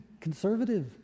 conservative